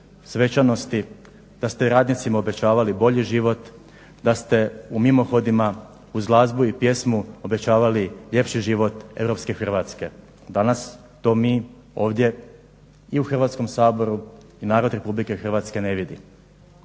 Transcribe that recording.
svečanosti, da ste radnicima obećavali bolji život, da ste u mimohodima uz glazbu i pjesmu obećavali ljepši život europske Hrvatske. Danas to mi ovdje i u Hrvatskom saboru i narod RH ne vidi.